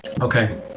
Okay